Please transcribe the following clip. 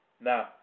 Now